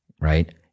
right